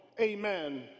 amen